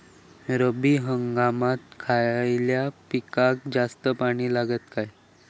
रब्बी हंगामात खयल्या पिकाक जास्त पाणी लागता काय?